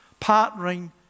Partnering